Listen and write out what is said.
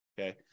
Okay